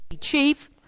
chief